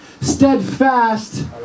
Steadfast